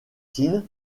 teen